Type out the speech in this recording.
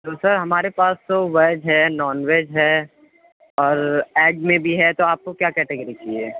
تو سر ہمارے پاس تو ویج ہے نان ویج ہے اور ایگ میں بھی ہے تو آپ کو کیا کٹیگری چاہیے